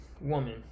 woman